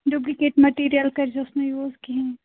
duplicate material کٔرۍزِہوس نہٕ use کِہیٖنۍ